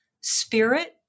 spirit